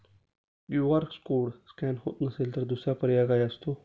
QR code scan होत नसेल तर दुसरा पर्याय काय असतो?